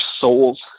souls